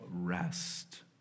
rest